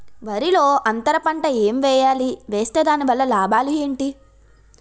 వరిలో అంతర పంట ఎం వేయాలి? వేస్తే దాని వల్ల లాభాలు ఏంటి?